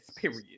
period